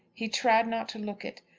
he tried not to look it.